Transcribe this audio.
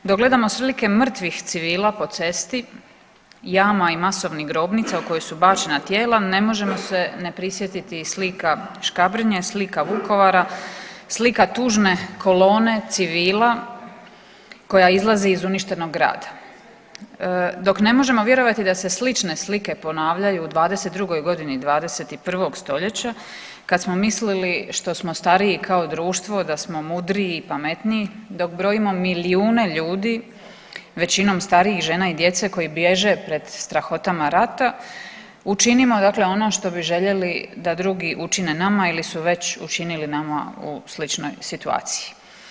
Dok gledamo slike mrtvih civila po cesti, jama i masovnih grobnica u koja su bačena tijela ne možemo se ne prisjetiti slika Škabrnje, slika Vukovara, slika tužne kolone civila koja izlazi iz uništenog grada, dok ne možemo vjerovati da se slične slike ponavljaju u '22.g. 21. stoljeća kad smo mislili što smo stariji kao društvo da smo mudriji i pametniji, dok brojimo milijune ljudi većinom starijih žena i djece koji bježe pred strahotama rata, učinimo dakle ono što bi željeli da drugi učine nama ili su već učinili nama u sličnoj situaciji.